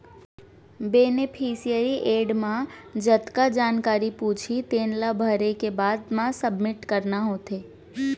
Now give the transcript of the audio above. beneficiary add म जतका जानकारी पूछही तेन ला भरे के बाद म सबमिट करना होथे